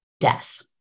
death